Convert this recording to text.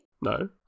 No